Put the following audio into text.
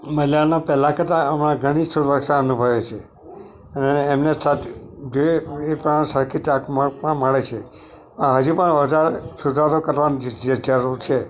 મહિલાઓના પહેલા કરતા હમણાં ઘણી સુરક્ષા અનુભવે છે અને એમને પણ સરખી ચાકમાં પણ મળે છે હજી પણ વધારે સુધારો કરવાની જરૂર છે